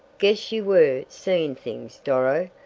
guess you were seeing things doro.